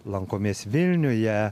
lankomės vilniuje